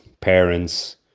parents